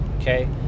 okay